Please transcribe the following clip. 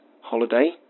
holiday